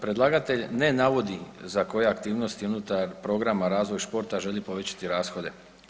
Predlagatelj ne navodi za koje aktivnosti unutar programa razvoj športa želi povećati rashode.